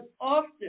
often